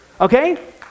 okay